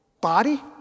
body